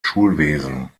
schulwesen